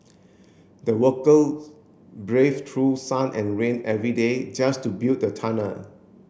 the worker braved through sun and rain every day just to build the tunnel